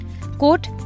quote